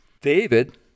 David